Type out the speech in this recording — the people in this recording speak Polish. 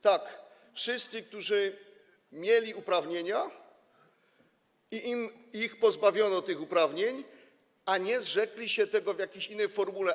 Tak, wszyscy, którzy mieli uprawnienia i pozbawiono ich tych uprawnień, a nie zrzekli się ich w jakiejś innej formule.